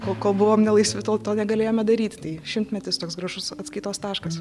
kol kol buvom nelaisvi tol to negalėjome daryt tai šimtmetis toks gražus atskaitos taškas